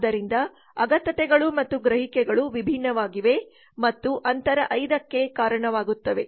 ಆದ್ದರಿಂದ ಅಗತ್ಯತೆಗಳು ಮತ್ತು ಗ್ರಹಿಕೆಗಳು ವಿಭಿನ್ನವಾಗಿವೆ ಮತ್ತು ಅಂತರ 5 ಕ್ಕೆ ಕಾರಣವಾಗುತ್ತವೆ